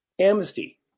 Amnesty